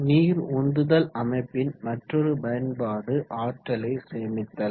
நீர் உந்துதல் அமைப்பின் மற்றொரு பயன்பாடு ஆற்றலை சேமித்தல்